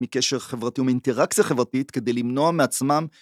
מקשר חברתי ומאינטראקציה חברתית כדי למנוע מעצמם